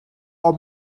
all